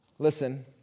Listen